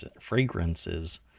fragrances